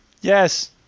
Yes